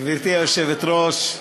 גברתי היושבת-ראש,